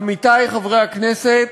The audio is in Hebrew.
עמיתי חברי הכנסת,